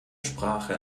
sprache